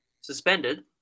suspended